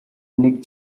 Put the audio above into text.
нэг